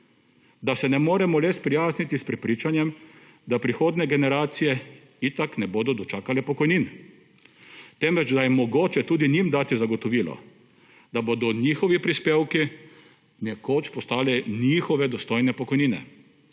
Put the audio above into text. Da se ne moremo res sprijazniti s prepričanjem, da prihodne generacije itak ne bodo dočakale pokojnine, temveč da je mogoče tudi njim dati zagotovilo, da bodo njihovi prispevki nekoč postali njihove dostojne pokojnine,